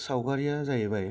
सावगारिया जाहैबाय